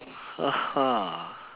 ah ha